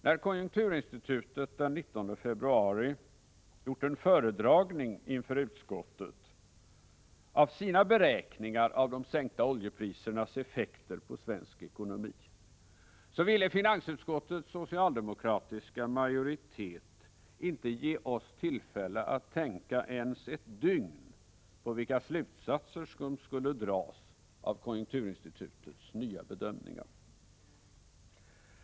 När konjunkturinstitutet den 19 februari gjort en föredragning inför utskottet av sina beräkningar av de sänkta oljeprisernas effekter på svensk ekonomi, ille finansutskottets socialdemokratiska majoritet inte ge oss tillfälle att tänka ens ett dygn på vilka slutsatser som skulle dras av konjunkturinstitutets nya bedömningar.